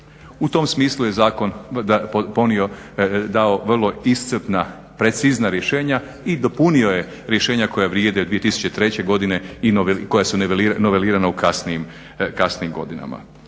U tom smislu je zakon dao vrlo iscrpna precizna rješenja i dopunio je rješenja koja vrijede od 2003. godine i koja su nivelirana u kasnijim godinama.